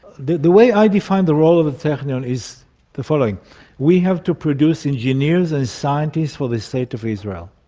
the the way i define the role of the technion is the following we have to produce engineers and scientists for the state of israel.